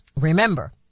Remember